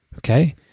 okay